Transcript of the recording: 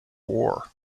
war